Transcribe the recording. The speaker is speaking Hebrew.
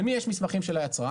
למי יש מסמכים של היצרן?